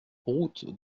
route